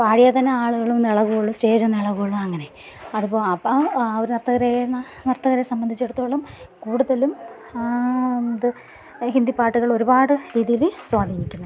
പാടിയാൽത്തന്നെ ആളുകളൊന്ന് ഇളകുകയുള്ളൂ സ്റ്റേജ് അങ്ങനെ അതിപ്പോൾ അപ്പോൾ നർത്തകരെ സംബന്ധിച്ചിടത്തോളം കൂടുതലും ഇത് ഹിന്ദിപ്പാട്ടുകൾ ഒരുപാട് രീതീയിൽ സ്വാധീനിക്കുന്നു